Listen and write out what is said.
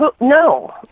No